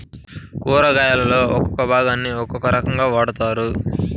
కూరగాయలలో ఒక్కో భాగాన్ని ఒక్కో రకంగా వాడతారు